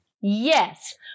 Yes